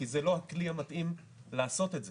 כי זה לא הכלי המתאים לעשות את זה,